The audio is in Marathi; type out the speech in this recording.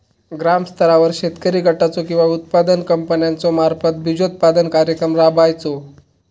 ग्रामस्तरावर शेतकरी गटाचो किंवा उत्पादक कंपन्याचो मार्फत बिजोत्पादन कार्यक्रम राबायचो?